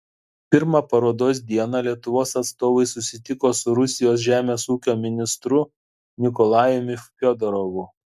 pirmą parodos dieną lietuvos atstovai susitiko su rusijos žemės ūkio ministru nikolajumi fiodorovu